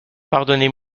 pardonnez